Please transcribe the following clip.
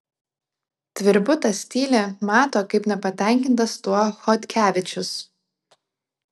tvirbutas tyli mato kaip nepatenkintas tuo chodkevičius